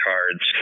Cards